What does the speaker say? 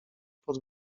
pod